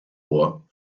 ohr